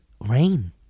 Rain